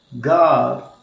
God